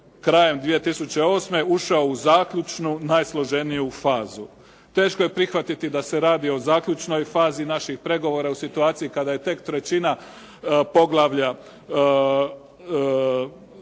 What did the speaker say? krajem 2008. ušao u zaključnu, najsloženiju fazu. Teško je prihvatiti da se radi o zaključnoj fazi naših pregovora u situaciji kada je tek trećina poglavlja